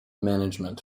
management